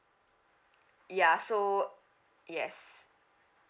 ya so yes